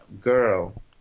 girl